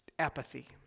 Apathy